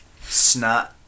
snot